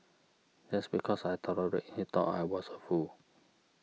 just because I tolerated he thought I was a fool